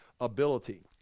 ability